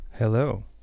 Hello